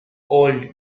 old